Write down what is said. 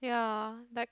yeah like